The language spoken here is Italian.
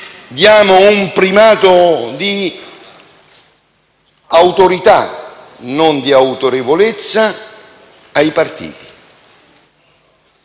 diamo un primato di autorità - non di autorevolezza - ai partiti.